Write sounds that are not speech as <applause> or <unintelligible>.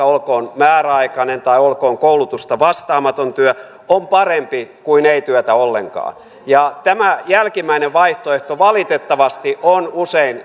<unintelligible> olkoon määräaikainen tai olkoon koulutusta vastaamaton työ on parempi kuin ei työtä ollenkaan tämä jälkimmäinen vaihtoehto valitettavasti on usein <unintelligible>